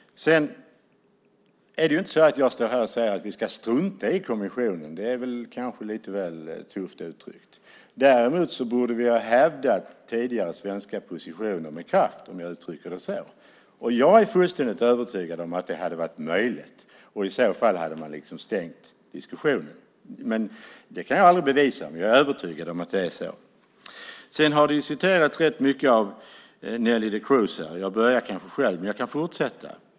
Det är inte så att jag står här och säger att vi ska strunta i kommissionen. Det är kanske lite väl tufft uttryckt. Däremot borde vi ha hävdat tidigare svenska positioner med kraft, om jag uttrycker det så. Jag är fullständigt övertygad om att det hade varit möjligt, och i så fall hade man liksom stängt diskussionen. Det kan jag aldrig bevisa, men jag är övertygad om att det är så. Det har citerats rätt mycket av Neelie Kroes. Jag började kanske själv, men jag kan också fortsätta.